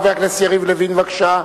חבר הכנסת יריב לוין, בבקשה.